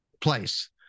place